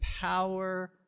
power